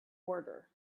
order